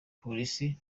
polisi